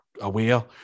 aware